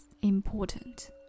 important